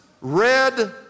red